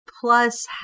plus